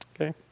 Okay